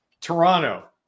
Toronto